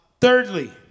Thirdly